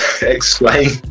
explain